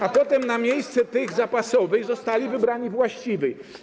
A potem na miejsce tych zapasowych zostali wybrani właściwi.